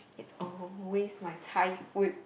it's always my Thai food